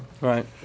Right